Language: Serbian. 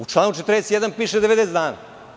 U članu 41. piše 90 dana.